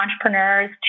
entrepreneurs